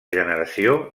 generació